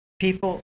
people